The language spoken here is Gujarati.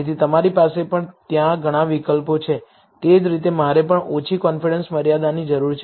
તેથી તમારી પાસે પણ ત્યાં ઘણા વિકલ્પો છે તે જ રીતે મારે પણ ઓછી કોન્ફિડન્સ મર્યાદાની જરૂર છે